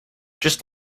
just